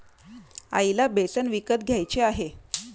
आईला बेसन विकत घ्यायचे आहे